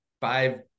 five